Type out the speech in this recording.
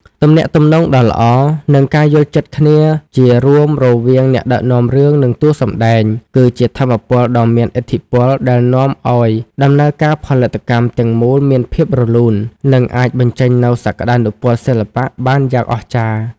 ទំនាក់ទំនងដ៏ល្អ និងការយល់ចិត្តគ្នាជារួមរវាងអ្នកដឹកនាំរឿង និងតួសម្ដែង គឺជាថាមពលដ៏មានឥទ្ធិពលដែលនាំឱ្យដំណើរការផលិតកម្មទាំងមូលមានភាពរលូន និងអាចបញ្ចេញនូវសក្ដានុពលសិល្បៈបានយ៉ាងអស្ចារ្យ។